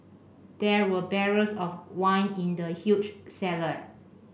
there were barrels of wine in the huge cellar